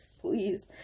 please